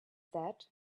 that